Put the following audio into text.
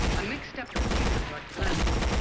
a mixed up computer brought calamity.